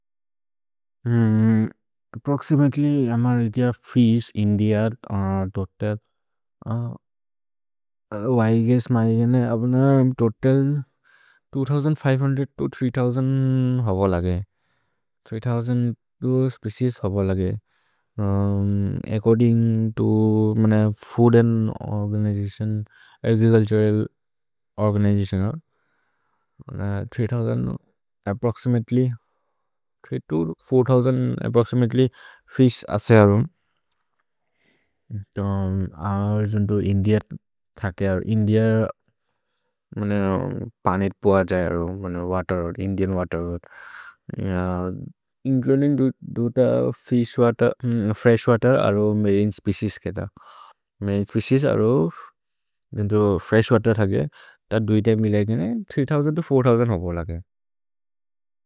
अप्प्रोक्सिमतेल्य् अमर् इतिय fish in the earth are total I guess my गेने अबुन total two thousand five hundred to three thousand होबो। लगे थ्री थोउसन्द् स्पेचिएस् होबो लगे according to food and organization, agricultural organization approximately four thousand fish are there so that's why India India means water water, Indian water including two fish water fresh water and marine species mere fishes. अरो fresh water थगे, त दुइ तए मिले गिने three thousand to four thousand होपो लगे।